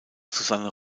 susanne